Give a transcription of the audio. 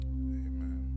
amen